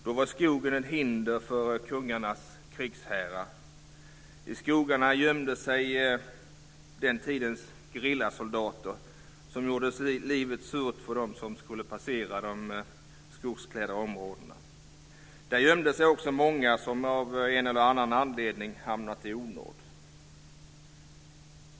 Då var skogen ett hinder för kungarnas krigshärar. I skogarna gömde sig den tidens gerillasoldater som gjorde livet surt för dem som skulle passera de skogsklädda områdena. Där gömde sig också många som av en eller annan anledning hamnat i onåd.